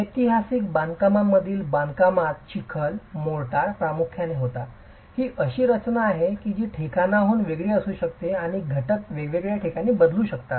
ऐतिहासिक बांधकामांमधील बांधकामात चिखल मोर्टार प्रामुख्याने होता ही अशी रचना आहे जी ठिकाणाहून वेगळी असू शकते आणि घटक वेगवेगळ्या ठिकाणी बदलू शकतात